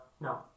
no